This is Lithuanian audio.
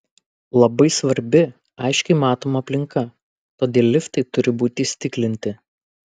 labai svarbi aiškiai matoma aplinka todėl liftai turi būti įstiklinti